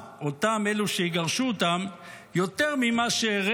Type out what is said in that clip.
הלוא הרעה הגיעה אלינו יותר ממה שנגע